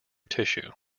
tissue